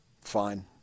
fine